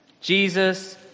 Jesus